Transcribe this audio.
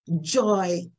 joy